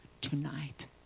tonight